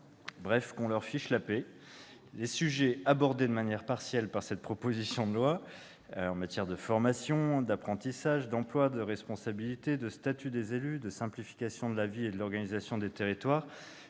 bref, qu'on leur fiche la paix. Oui ! Les sujets abordés de manière partielle au travers de cette proposition de loi, en matière de formation, d'apprentissage, d'emploi, de responsabilité et de statut des élus, de simplification de la vie et de l'organisation des territoires,